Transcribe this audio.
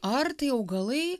ar tai augalai